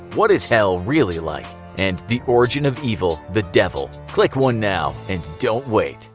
what is hell really like? and the origin of evil the devil. click one now and don't wait!